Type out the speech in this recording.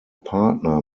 partner